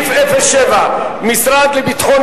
חבר הכנסת אברהם דיכטר,